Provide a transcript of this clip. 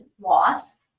loss